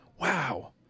wow